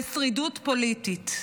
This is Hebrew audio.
ושרידות פוליטית.